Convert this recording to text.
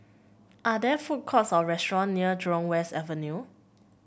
are there food courts or restaurant near Jurong West Avenue